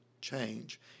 change